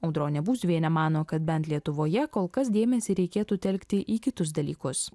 audronė būziuvienė mano kad bent lietuvoje kol kas dėmesį reikėtų telkti į kitus dalykus